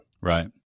Right